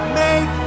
make